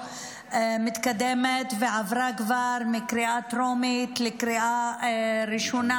מתקדמת ועברה כבר מקריאה טרומית לקריאה ראשונה.